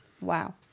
wow